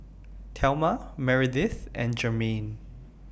Thelma Meredith and Jermaine